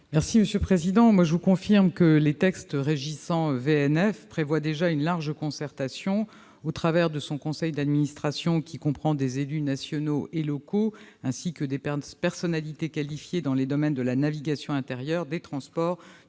? Monsieur le sénateur, je vous confirme que les textes régissant VNF prévoient déjà une large concertation dans le cadre de son conseil d'administration, qui comprend des élus nationaux et locaux, ainsi que des personnalités qualifiées dans les domaines de la navigation intérieure, des transports,